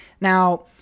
Now